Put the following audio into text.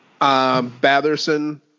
Batherson